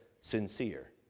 Sincere